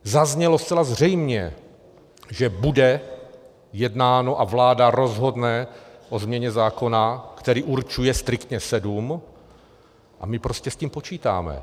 Zaznělo zcela zřejmě, že bude jednáno a vláda rozhodne o změně zákona, který určuje striktně sedm, a my prostě s tím počítáme.